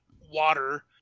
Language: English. water